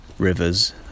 rivers